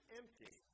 empty